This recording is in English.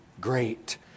great